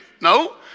No